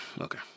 okay